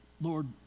Lord